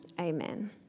amen